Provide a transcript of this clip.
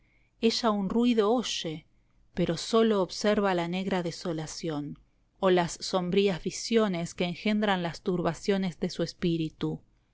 ve ella un ruido oye pero sólo observa la negra desolación o las sombrías visiones que engendran las turbaciones de su espíritu